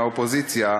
מהאופוזיציה: